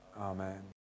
Amen